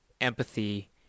empathy